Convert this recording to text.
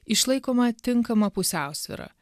išlaikoma tinkama pusiausvyra